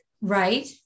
Right